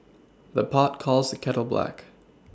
the pot calls kettle black